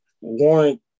warrant